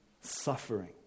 suffering